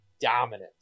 dominant